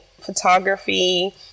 Photography